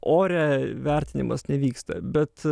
ore vertinimas nevyksta bet